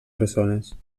persones